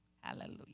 Hallelujah